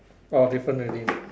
orh different already